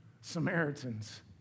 Samaritans